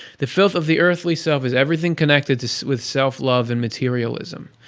the filth of the earthly self is everything connected with self-love and materialism.